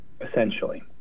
essentially